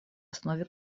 основе